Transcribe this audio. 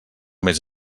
més